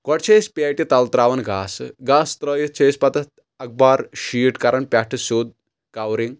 گۄڈٕ چھِ أسۍ پیٹہِ تل تراوان گاسہٕ گاسہٕ ترٛٲیِتھ چھِ أسۍ پتہٕ اتھ اخبار شیٖٹ کران پؠٹھٕ سیٚود کورِنٛگ